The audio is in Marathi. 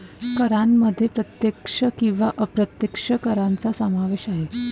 करांमध्ये प्रत्यक्ष किंवा अप्रत्यक्ष करांचा समावेश आहे